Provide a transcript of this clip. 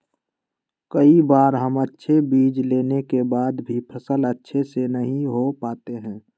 कई बार हम अच्छे बीज लेने के बाद भी फसल अच्छे से नहीं हो पाते हैं?